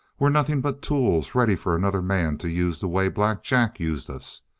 we're nothing but tools ready for another man to use the way black jack used us.